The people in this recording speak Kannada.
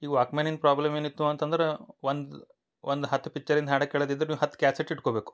ಈಗ ವಾಕ್ಮ್ಯಾನಿದ ಪ್ರಾಬ್ಲಮ್ ಏನಿತ್ತು ಅಂತಂದ್ರ ಒಂದು ಒಂದು ಹತ್ತು ಪಿಚ್ಚರಿಂದ ಹಾಡು ಕೇಳದಿದ್ದರೂ ಹತ್ತು ಕ್ಯಾಸೆಟ್ ಇಟ್ಕೊಬೇಕು